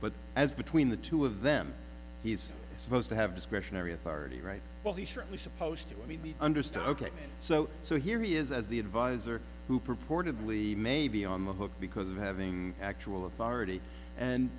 but as between the two of them he's supposed to have discretionary authority right well he certainly supposed to be understood ok so so here he is as the advisor who purportedly may be on the hook because of having actual of authority and